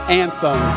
anthem